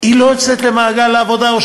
היא לא יוצאת למעגל העבודה,